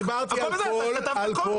אני דיברתי על כל,